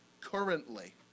currently